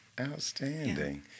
Outstanding